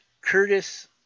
Curtis